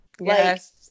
Yes